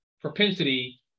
propensity